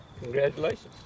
Congratulations